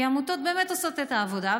כי העמותות באמת עושות את העבודה,